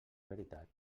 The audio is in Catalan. veritat